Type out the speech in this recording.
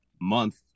month